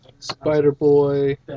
Spider-Boy